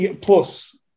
plus